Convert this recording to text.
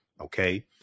Okay